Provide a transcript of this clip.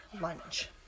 lunch